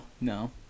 no